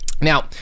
Now